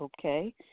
Okay